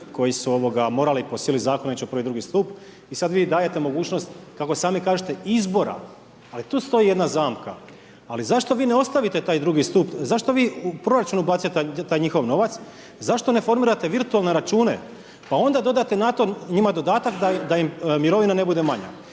koji su morali po sili zakona ići u prvi i drugi stup i sad vi dajete mogućnost kako sami kažete izbora. Ali tu stoji jedna zamka, ali zašto vi ne ostavite taj drugi stup, zašto vi u proračunu bacate taj njihov novac, zašto ne formirate virtualne račune, pa onda dodate na to njima dodatak da im mirovina ne bude manja.